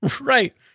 Right